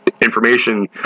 information